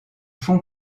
font